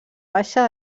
baixa